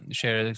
share